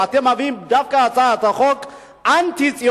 אתם מביאים דווקא הצעת חוק אנטי-ציונית,